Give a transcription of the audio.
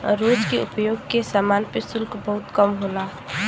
रोज के उपयोग के समान पे शुल्क बहुत कम होला